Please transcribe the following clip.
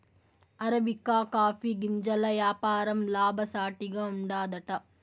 arabica coffee గింజల యాపారం లాభసాటిగా ఉండాదట